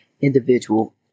individual